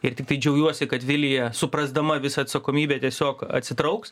ir tiktai džiaugiuosi kad vilija suprasdama visą atsakomybę tiesiog atsitrauks